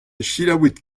selaouit